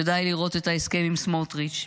ודי לראות את ההסכם עם סמוטריץ'.